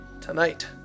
tonight